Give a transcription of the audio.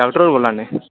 doctor होर बोल्ला नै